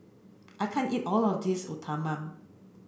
I can't eat all of this Uthapam